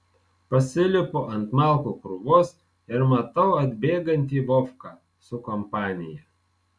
pasilipu ant malkų krūvos ir matau atbėgantį vovką su kompanija